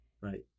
right